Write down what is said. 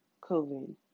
covid